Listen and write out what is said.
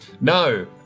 No